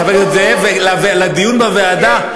חבר הכנסת זאב, לדיון בוועדה,